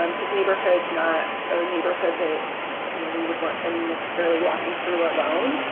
um his neighborhood is not a neighborhood that you know we would want him necessarily walking through alone.